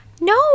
No